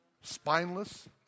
spineless